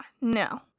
No